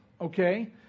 Okay